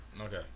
okay